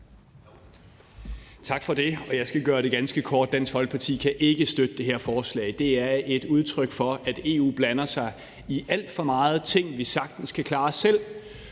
Tak for det. Jeg skal gøre det ganske kort. Dansk Folkeparti kan ikke støtte det her forslag. Det er et udtryk for, at EU blander sig i alt for meget – ting, vi sagtens kan klare selv.